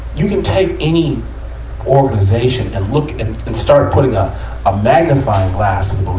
you can take any organization and look, and start putting a ah magnifying glass